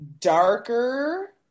darker